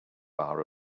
bar